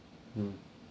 hmm